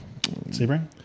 Sebring